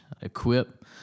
equip